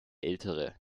ältere